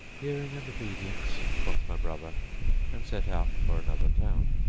hearing and obedience quoth my brother and set out for another town.